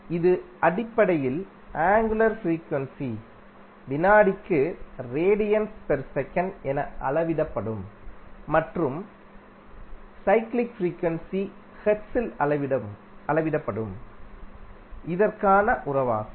எனவே இது அடிப்படையில் ஆங்குலர் ஃப்ரீக்யுண்சி விநாடிக்கு ரேடியன்ஸ் என அளவிடப்படும் மற்றும் சைக்ளிக் ஃப்ரீக்யுண்சி ஹெர்ட்ஸில் அளவிடப்படும் இதற்கான உறவாகும்